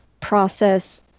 process